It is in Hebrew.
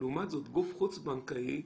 לגופים החוץ-בנקאיים.